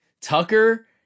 Tucker